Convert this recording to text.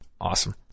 Awesome